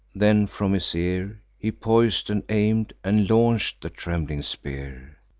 then from his ear he pois'd, and aim'd, and launch'd the trembling spear.